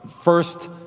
first